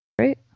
right